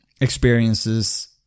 experiences